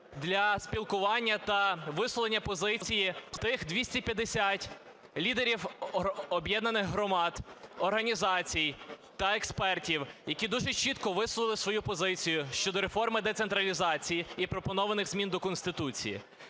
Для спілкування та висловлення позицій тих 250 лідерів об'єднаних громад, організацій та експертів, які дуже чітко висловили свою позицію щодо реформи децентралізації і пропонованих змін до Конституції.